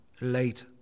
late